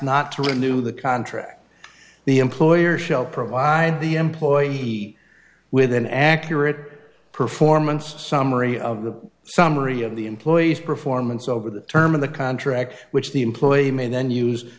not to renew the contract the employer shall provide the employee with an accurate performance summary of the summary of the employee's performance over the term of the contract which the employee may then use